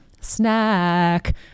Snack